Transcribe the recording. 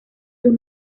sus